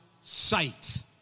sight